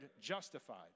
justified